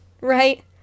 right